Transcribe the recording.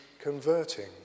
converting